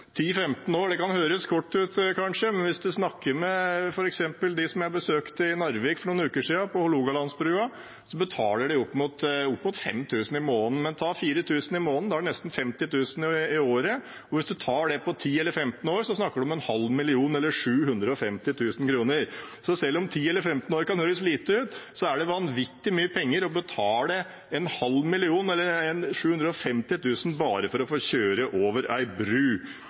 kort periode. 10–15 år kan kanskje høres kort ut, men snakk med f.eks. dem jeg besøkte i Narvik for noen uker siden, på Hålogalandsbrua, som betaler opp mot 5 000 kr i måneden. Men om man tar 4 000 i måneden, blir det nesten 50 000 kr i året, og hvis man tar det over 10 eller 15 år, snakker vi om 500 000 kr eller 750 000 kr. Så selv om 10 eller 15 år kan høres lite ut, er en halv million eller 750 000 kr vanvittig mye penger å betale bare for å få kjøre over